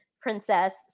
princess